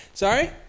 Sorry